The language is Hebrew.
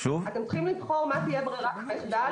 אתם צריכים לבחור מה תהיה ברירת המחדל